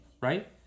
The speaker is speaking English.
right